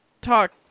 talk